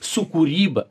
su kūryba